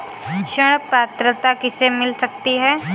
ऋण पात्रता किसे किसे मिल सकती है?